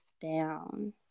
down